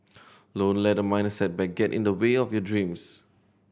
don't let a minor setback get in the way of your dreams